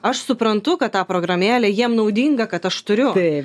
aš suprantu kad tą programėlę jiem naudinga kad aš turiu